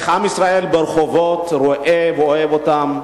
איך עם ישראל ברחובות רואה ואוהב אותם.